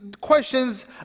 questions